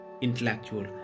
intellectual